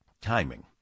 Timing